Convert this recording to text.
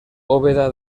bóveda